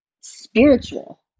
spiritual